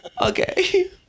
Okay